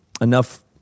enough